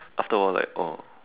after a while like oh